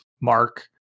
Mark